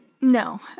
No